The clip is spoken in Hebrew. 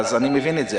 אני מבין את זה,